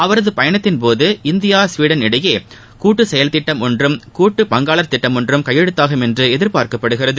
அவரது பயணத்தின்போது India Sweden இடையே கூட்டு செயல்திட்டம் ஒன்றும் கூட்டு பங்காளர் திட்டமொன்றும் கையெழுத்தாகும் என்று எதிர்பார்க்கப்படுகிறது